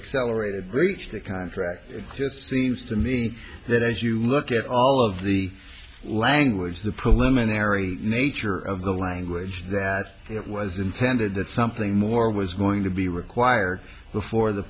accelerated the contract just seems to me that as you look at all of the language the preliminary nature of the language it was intended that something more was going to be required before the